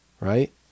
right